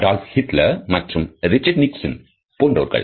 உதாரணமாக Adolf Hitler மற்றும் Richard Nixon போன்றோர்கள்